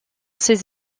ces